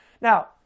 Now